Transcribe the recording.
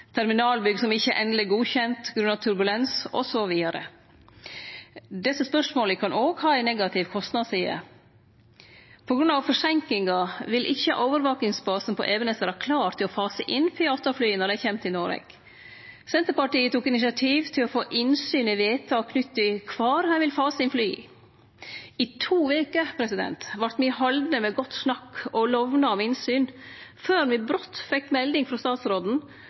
terminalbygg som ikkje er endeleg godkjend grunna turbulens, osv. Desse spørsmåla kan òg ha ei negativ kostnadsside. På grunn av forseinkingar vil ikkje overvakingsbasen på Evenes vere klar til å fase inn P-8-flya når dei kjem til Noreg. Senterpartiet tok initiativ til å få innsyn i vedtak knytt til kvar ein vil fase inn fly. I to veker vart me haldne med godt snakk og lovnad om innsyn, før me brått fekk melding frå statsråden